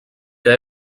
que